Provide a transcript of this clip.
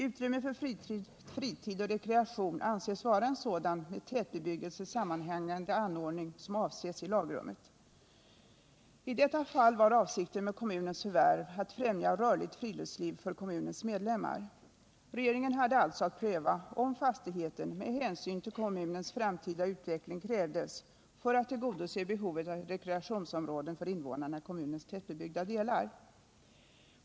Utrymme för fritid och rekreation anses vara en sådan med tätbebyggelse sammanhängande anordning som avses i lagrummet. I detta fall var avsikten med kommunens förvärv att främja rörligt friluftsliv för kommunens medlemmar. Regeringen hade alltså att pröva om fastigheten med hänsyn till kommunens framtida utveckling krävdes för att tillgodose behovet av rekreationsområden för invånarna i kommunens tätbebyggda delar.